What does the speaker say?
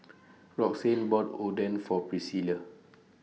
Roxane bought Oden For Priscilla